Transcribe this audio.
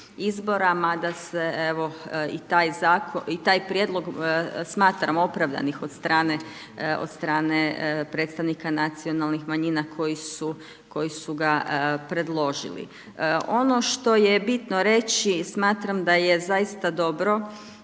mada se evo i taj prijedlog smatram opravdanih od strane predstavnika nacionalnih manjina koji su ga predložili. Ono što je bitno reći, smatram da je zaista dobro